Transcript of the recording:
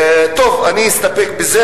אני אסתפק בזה.